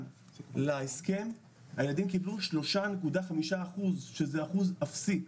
שניתן להסכם הילדים קיבלו 3.5%, שזה אחוז אפסי.